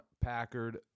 Packard